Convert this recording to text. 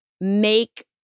make